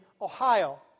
Ohio